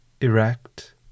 erect